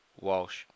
Walsh